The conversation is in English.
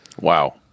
Wow